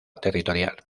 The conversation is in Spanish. territorial